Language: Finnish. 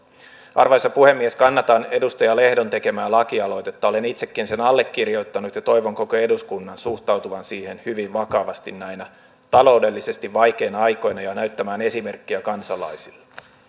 arvoisa puhemies kannatan edustaja lehdon tekemää lakialoitetta olen itsekin sen allekirjoittanut ja toivon koko eduskunnan suhtautuvan siihen hyvin vakavasti näinä taloudellisesti vaikeina aikoina ja näyttävän esimerkkiä kansalaisille